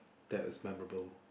that is memorable